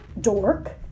dork